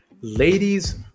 Ladies